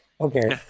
okay